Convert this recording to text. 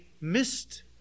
missed